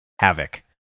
Havoc